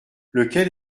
lequel